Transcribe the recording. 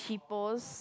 people's